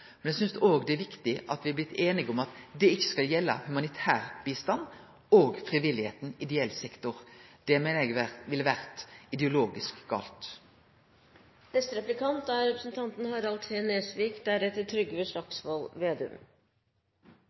Men eg synest òg det er viktig at me har blitt einige om at det ikkje skal gjelde humanitær bistand og frivilligheita, ideell sektor. Det meiner eg ville vore ideologisk galt. Jeg vet at representanten Hareide i likhet med undertegnede er